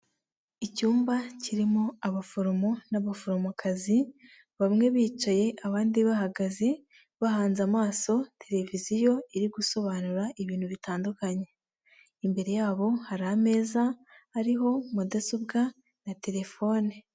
Icyumba kirimo abaforomo n'abaforomokazi, bamwe bicaye abandi bahagaze, bahanze amaso televiziyo iri gusobanura ibintu bitandukanye. Imbere yabo hari ameza ariho mudasobwa na telefone.